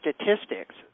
statistics